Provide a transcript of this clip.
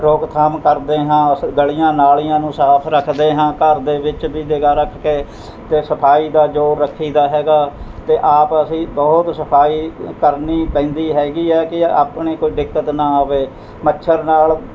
ਰੋਕਥਾਮ ਕਰਦੇ ਹਾਂ ਅਸ ਗਲ਼ੀਆਂ ਨਾਲ਼ੀਆਂ ਨੂੰ ਸਾਫ ਰੱਖਦੇ ਹਾਂ ਘਰ ਦੇ ਵਿੱਚ ਵੀ ਜਗ੍ਹਾ ਰੱਖ ਕੇ ਅਤੇ ਸਫਾਈ ਦਾ ਜ਼ੋਰ ਰੱਖੀਦਾ ਹੈਗਾ ਅਤੇ ਆਪ ਅਸੀਂ ਬਹੁਤ ਸਫਾਈ ਕਰਨੀ ਪੈਂਦੀ ਹੈਗੀ ਹੈ ਕਿ ਆਪਣੀ ਕੋਈ ਦਿੱਕਤ ਨਾ ਆਵੇ ਮੱਛਰ ਨਾਲ਼